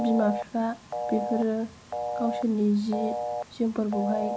बिमा बिफा बेफोरो गावसोरनि जि जोमफोरखौहाय